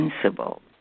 Principle